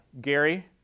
Gary